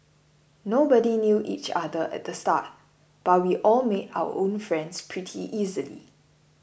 nobody knew each other at the start but we all made our own friends pretty easily